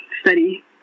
study